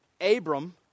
Abram